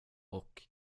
och